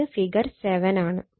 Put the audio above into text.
ഇത് ഫിഗർ 7 ആണ്